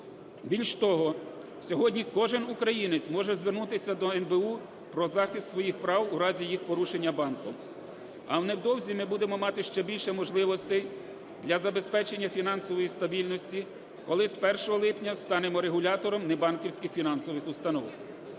Більш того, сьогодні кожен українець може звернутися до НБУ про захист своїх прав у разі їх порушення банком. А невдовзі ми будемо мати ще більше можливостей для забезпечення фінансової стабільності, коли з 1 липня станемо регулятором небанківських фінансових установ.